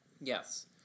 Yes